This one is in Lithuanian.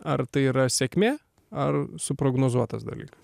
ar tai yra sėkmė ar suprognozuotas dalykas